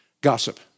gossip